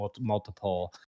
multiple